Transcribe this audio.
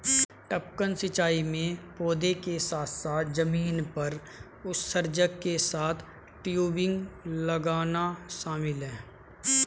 टपकन सिंचाई में पौधों के साथ साथ जमीन पर उत्सर्जक के साथ टयूबिंग लगाना शामिल है